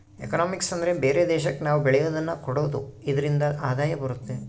economics ಅಂದ್ರೆ ಬೇರೆ ದೇಶಕ್ಕೆ ನಾವ್ ಬೆಳೆಯೋದನ್ನ ಕೊಡೋದು ಇದ್ರಿಂದ ಆದಾಯ ಬರುತ್ತೆ